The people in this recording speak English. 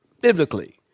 biblically